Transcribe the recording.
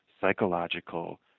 psychological